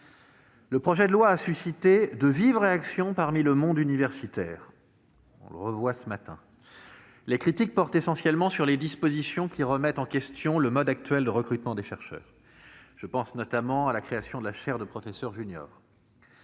Le projet de loi a suscité de vives réactions parmi le monde universitaire ; on le constate de nouveau ce matin. Les critiques portent essentiellement sur les dispositions qui remettent en question le mode actuel de recrutement des chercheurs. Je pense notamment à la création des chaires de professeurs juniors.